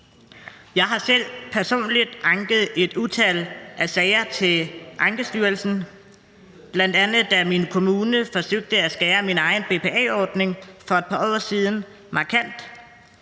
Jeg har selv personligt anket et utal af sager til Ankestyrelsen, bl.a. da min kommune forsøgte at skære markant i min egen BPA-ordning for et par år siden,